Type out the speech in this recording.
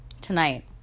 tonight